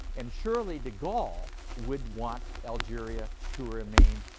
and surely de gaulle would want algeria to remain